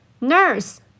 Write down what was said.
nurse